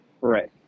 right